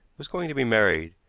was going to be married,